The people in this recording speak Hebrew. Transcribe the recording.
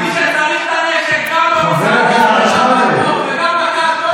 מי שצריך את הנשק גם במסעדה וגם ברחוב וגם בתיאטרון הוא צריך פסיכולוג,